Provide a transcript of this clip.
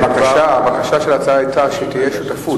הבקשה של ההצעה היתה שתתקיים שותפות,